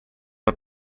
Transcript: una